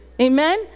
amen